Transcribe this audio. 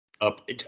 up